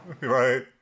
Right